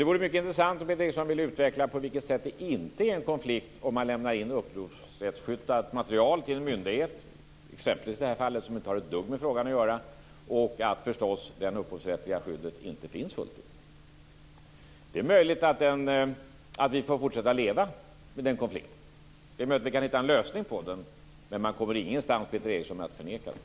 Det vore därför intressant om Peter Eriksson ville utveckla på vilket sätt det inte är en konflikt om man lämnar in upphovsrättsskyddat material till en myndighet - som i det här fallet exempelvis inte har ett dugg med saken att göra - och att det upphovsrättsliga skyddet förstås inte finns fullt ut. Det är möjligt att vi får fortsätta att leva med den här konflikten. Det är också möjligt att vi kan hitta en lösning på den. Men man kommer ingenstans, Peter Eriksson, genom att förneka den.